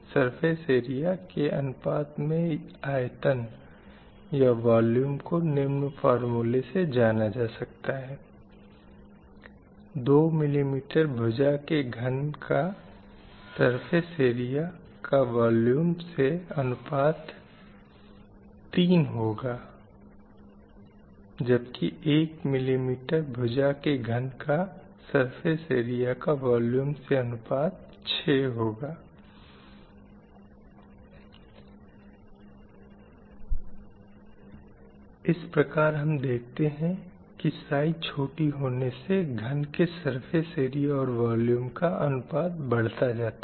surface area के अनुपात में आयतन या वॉल्यूम को निम्न फ़ोरमूले से जाना जा सकता है Surface areavolume 2mm भुजा के घन का 248 3 Surface areavolume 1mm भुजा के घन का 488 6 इस प्रकार हम देखते हैं की साइज़ छोटी होने से घन के सरफ़ेस ऐरिया और वॉल्यूम का अनुपात बढ़ता जाता है